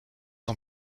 ans